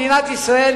מדינת ישראל,